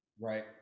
Right